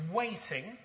waiting